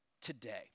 today